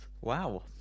Wow